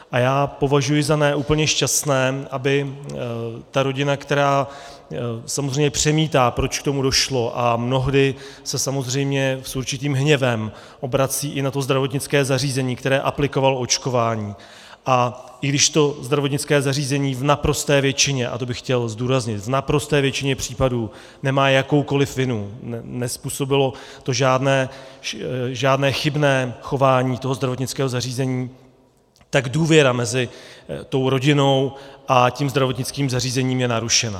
A já považuji za ne úplně šťastné, aby rodina která samozřejmě přemítá, proč k tomu došlo, a mnohdy se samozřejmě s určitým hněvem obrací i na to zdravotnické zařízení, které aplikovalo očkování, a i když to zdravotnické zařízení v naprosté většině, to bych chtěl zdůraznit, v naprosté většině případů nemá jakoukoliv vinu, nezpůsobilo to žádné chybné chování toho zdravotnického zařízení, tak důvěra mezi rodinou a tím zdravotnickým zařízením je narušena.